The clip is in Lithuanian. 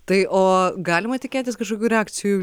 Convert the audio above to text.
tai o galima tikėtis kažkokių reakcijų